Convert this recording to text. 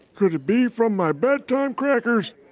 could it be from my bedtime crackers?